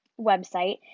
website